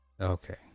Okay